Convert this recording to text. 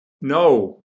No